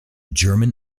german